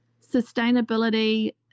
sustainability